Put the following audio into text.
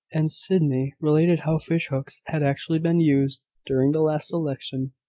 and sydney related how fish-hooks had actually been used during the last election,